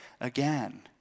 again